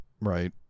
right